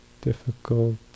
difficult